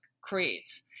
creates